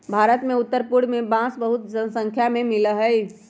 भारत के उत्तर पूर्व में बांस बहुत स्नाख्या में मिला हई